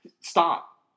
Stop